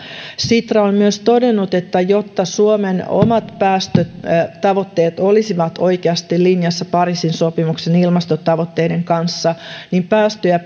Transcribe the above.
sitra on myös todennut että jotta suomen omat päästötavoitteet olisivat oikeasti linjassa pariisin sopimuksen ilmastotavoitteiden kanssa päästöjä